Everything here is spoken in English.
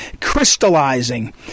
crystallizing